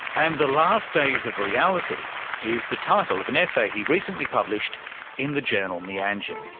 and the last days of reality is the title of an essay he recently published in the journal meanjin.